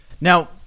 Now